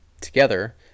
together